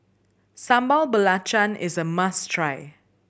Sambal Belacan is a must try